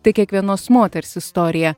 tai kiekvienos moters istorija